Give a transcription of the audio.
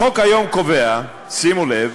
החוק היום קובע, שימו לב,